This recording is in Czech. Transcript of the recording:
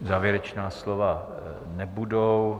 Závěrečná slova nebudou.